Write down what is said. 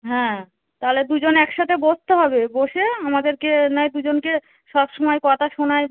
হ্যাঁ তাহলে দুজন একসাথে বসতে হবে বসে আমাদেরকে নয় দুজনকে সবসময় কথা শোনায়